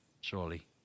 surely